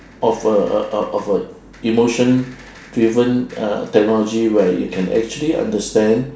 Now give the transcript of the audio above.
of a a of a emotion driven uh technology where you can actually understand